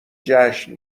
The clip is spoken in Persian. جشن